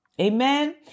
Amen